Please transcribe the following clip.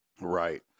Right